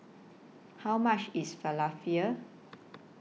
How much IS Falafel